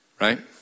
Right